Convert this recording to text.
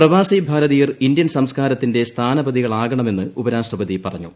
പ്രവാസി ഭാരതീയർ ഇന്ത്യൻ സംസ്ക്കാരത്തിന്റെ സ്ഥാനപതികളാകണമെന്ന് ഉപരാഷ്ട്രപതി പറഞ്ഞു